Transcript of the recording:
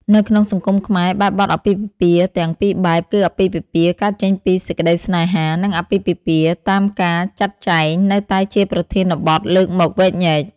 នៅក្នុងសង្គមខ្មែរ បែបបទអាពាហ៍ពិពាហ៍ទាំងពីរបែប គឺអាពាហ៍ពិពាហ៍កើតចេញពីសេចក្តីស្នេហា និងអាពាហ៍ពិពាហ៍តាមការចាត់ចែង នៅតែជាប្រធានបទលើកមកវែកញែក។